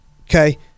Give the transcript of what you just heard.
okay